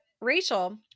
Rachel